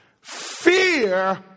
fear